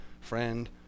friend